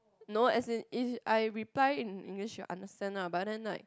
no as in if I reply in English she'll understand lah but then like